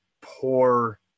poor